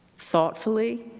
thoughtfully,